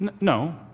No